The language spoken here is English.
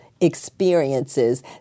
experiences